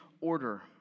order